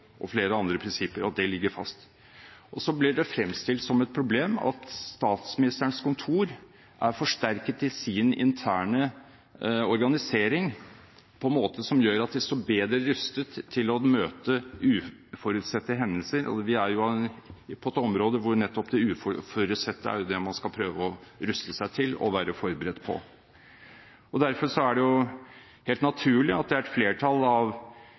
og flere andre prinsipper ligger fast. Og så blir det fremstilt som et problem at Statsministerens kontor er forsterket i sin interne organisering, på en måte som gjør at de står bedre rustet til å møte uforutsette hendelser, og vi er jo inne på et område hvor nettopp det uforutsette er det man skal prøve å ruste seg til og være forberedt på. Derfor er det helt naturlig at det er et flertall av